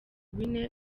bine